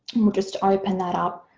we'll just open that up.